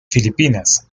filipinas